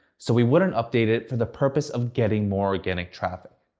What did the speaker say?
so we wouldn't update it for the purpose of getting more organic traffic.